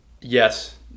yes